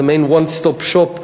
זה מעין One Stop Shop,